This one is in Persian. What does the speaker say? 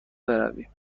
برویم